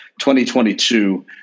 2022